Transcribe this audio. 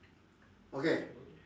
okay